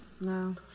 No